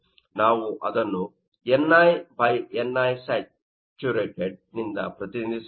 ನಾವು ಅದನ್ನು nini sat ನಿಂದ ಪ್ರತಿನಿಧಿಸಬಹುದು